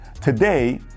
Today